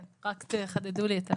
רק תחדדו לי את הנקודה.